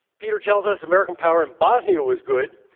peter tells us american power in bosnia was good.